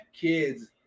kids